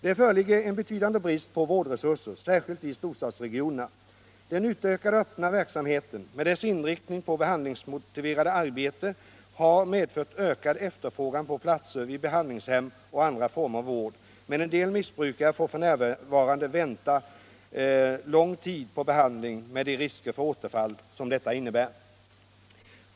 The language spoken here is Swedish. Det föreligger en betydande brist på vårdresurser, särskilt i storstadsregionerna. Den utökade öppna verksamheten med dess inriktning på behandlingsmotiverande arbete har medfört ökad efterfrågan på platser vid behandlingshem och andra former av vård, men en del missbrukare får f. n. vänta lång tid på behandling med de risker för återfall som detta innebär.